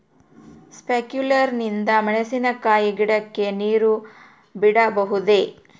Sprinkler ನಿಂದ ಮೆಣಸಿನಕಾಯಿ ಗಿಡಕ್ಕೆ ನೇರು ಬಿಡಬಹುದೆ?